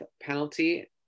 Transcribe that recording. penalty